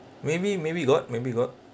maybe maybe you got maybe got